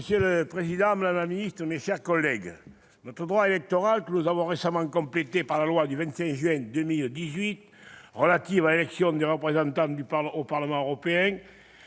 Monsieur le président, madame la ministre, mes chers collègues, notre droit électoral, que nous avons récemment complété par la loi du 25 juin 2018 relative à l'élection des représentants au Parlement européen,